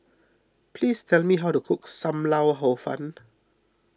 please tell me how to cook Sam Lau Hor Fun